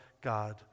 God